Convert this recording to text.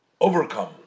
overcome